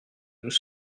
nous